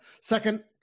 Second